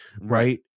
Right